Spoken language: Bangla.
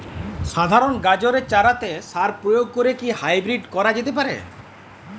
সাধারণ গাজরের চারাতে সার প্রয়োগ করে কি হাইব্রীড করা যেতে পারে?